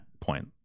point